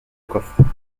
coffre